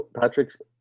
Patrick's